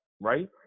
right